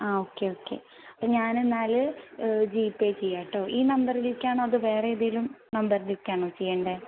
ആ okay okay അപ്പം ഞാൻ എന്നാൽ ജി പേ ചെയ്യാം കേട്ടോ ഈ നമ്പറിലേക്കാണോ അതോ വേറെ ഏതെങ്കിലും നമ്പറിലേക്കാണോ ചെയ്യേണ്ടത്